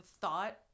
thought